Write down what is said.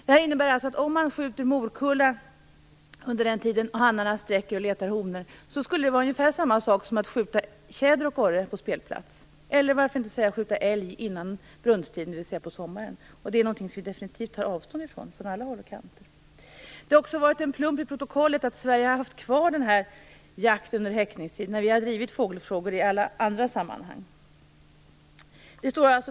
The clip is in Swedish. Detta innebär att om man skjuter morkulla under den tid hannarna sträcker och letar honor är det ungefär samma sak som att skjuta tjäder och orre på spelplatserna, eller varför inte som att skjuta älg före brunsttiden, dvs. på sommaren. Det är ju något som vi definitivt tar avstånd ifrån på alla håll och kanter. Det har också varit en plump i protokollet att Sverige har haft kvar denna jakt under häckningstid, trots att Sverige har drivit fågelfrågorna i många andra sammanhang.